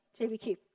jbq